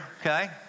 okay